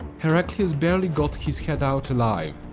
heraklius barely got his head out alive,